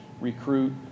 recruit